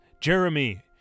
Jeremy